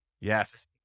Yes